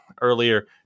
earlier